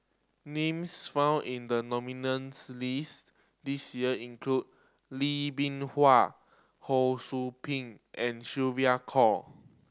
names found in the nominees' list this year include Lee Bee Wah Ho Sou Ping and Sylvia Kho